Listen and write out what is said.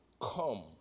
come